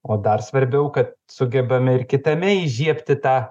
o dar svarbiau kad sugebame ir kitame įžiebti tą